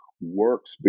works